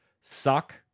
suck